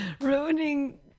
ruining